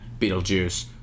Beetlejuice